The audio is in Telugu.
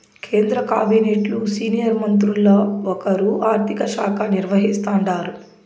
కేంద్ర కాబినెట్లు సీనియర్ మంత్రుల్ల ఒకరు ఆర్థిక శాఖ నిర్వహిస్తాండారు